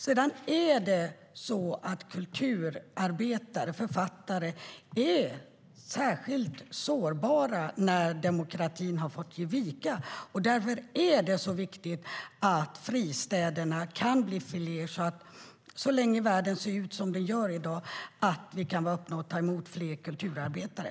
Sedan är det så att kulturarbetare och författare är särskilt sårbara när demokratin har fått ge vika, och därför är det viktigt att fristäderna kan bli fler så att vi - så länge världen ser ut som den gör i dag - kan vara öppna och ta emot fler kulturarbetare.